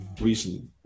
recently